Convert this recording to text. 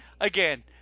again